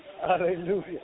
Hallelujah